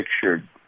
pictured